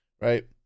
right